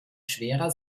schwerer